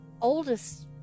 oldest